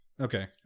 Okay